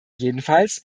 jedenfalls